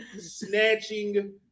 snatching